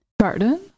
Garden